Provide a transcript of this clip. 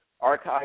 archive